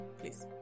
please